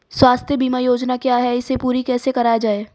स्वास्थ्य बीमा योजना क्या है इसे पूरी कैसे कराया जाए?